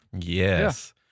Yes